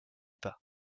pas